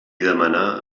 demanà